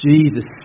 Jesus